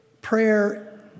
Prayer